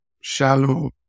shallow